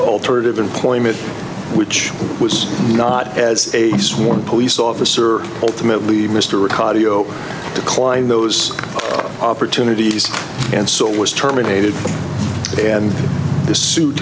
alternative employment which was not as a sworn police officer ultimately mr ricardo declined those opportunities and so was terminated and this suit